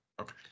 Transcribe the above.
Okay